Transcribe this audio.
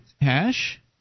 Hash